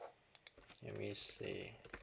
let me see